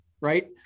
right